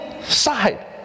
side